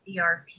ERP